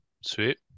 Sweet